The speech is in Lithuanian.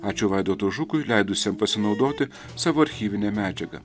ačiū vaidotui žukui leidusiam pasinaudoti savo archyvine medžiaga